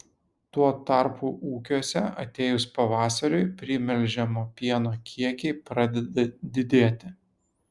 tuo tarpu ūkiuose atėjus pavasariui primelžiamo pieno kiekiai pradeda didėti